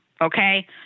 Okay